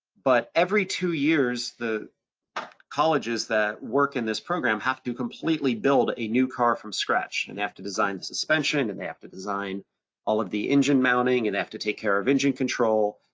but every two years, the colleges that work in this program have to completely build a new car from scratch, and they and have to design the suspension, and they have to design all of the engine mounting, and have to take care of engine control,